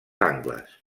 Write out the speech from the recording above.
angles